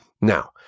Now